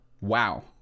wow